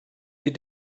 you